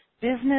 business